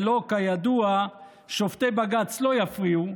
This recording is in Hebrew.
ולו כידוע שופטי בג"ץ לא יפריעו,